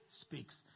speaks